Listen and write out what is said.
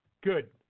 Good